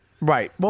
Right